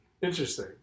Interesting